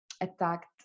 attacked